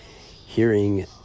hearing